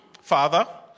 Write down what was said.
Father